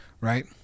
Right